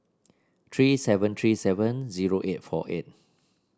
three seven three seven zero eight four eight